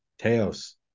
Teos